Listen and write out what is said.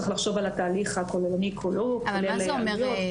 צריך לחשוב על התהליך כולו כולל עלויות,